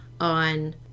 on